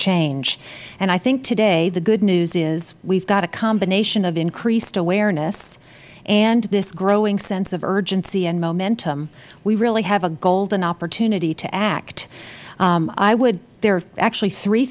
change and i think today the good news is we have got a combination of increased awareness and this growing sense of urgency and momentum we really have a golden opportunity to act there are actually three